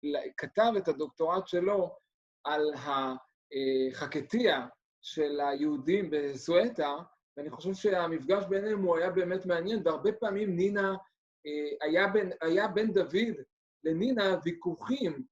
כתב את הדוקטורט שלו על החכתייה של היהודים בסואטר, ואני חושב שהמפגש ביניהם הוא היה באמת מעניין, והרבה פעמים היה בין דוד לנינה ויכוחים.